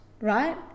right